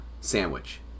sandwich